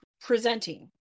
presenting